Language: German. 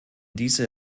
diese